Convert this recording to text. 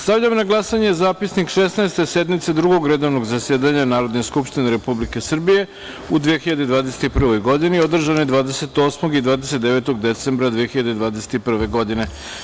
Stavljam na glasanje Zapisnik Šesnaeste sednice Drugog redovnog zasedanja Narodne skupštine Republike Srbije u 2021. godini, održane 28. i 29. decembra 2021. godine.